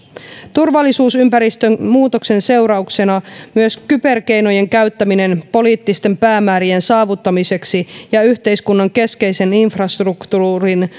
turvallisuusympäristön muutoksen seurauksena myös kyberkeinojen käyttäminen poliittisten päämäärien saavuttamiseksi ja yhteiskunnan keskeisen infrastruktuurin